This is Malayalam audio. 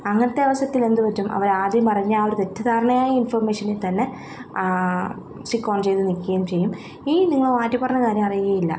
അങ്ങനത്തെ അവസരത്തിൽ എന്ത് പറ്റും അവരാദ്യം പറഞ്ഞ ആ ഒരു തെറ്റിദ്ധാരണയായ ഇൻഫൊർമേഷനിൽ തന്നെ സ്റ്റിക്ക് ഓൺ ചെയ്ത് നിൽക്കുകയും ചെയ്യും ഈ നിങ്ങൾ മാറ്റിപ്പറഞ്ഞ കാര്യം അറിയുകയുമില്ല